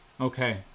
Okay